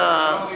אני לא ראיתי.